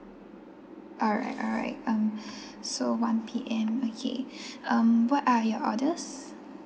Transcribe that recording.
alright alright um so one P_M okay um what are your orders